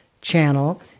channel